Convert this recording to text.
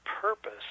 purpose